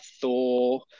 Thor